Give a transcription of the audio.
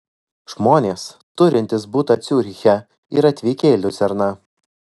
žmonės turintys butą ciuriche ir atvykę į liucerną